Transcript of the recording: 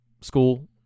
school